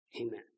Amen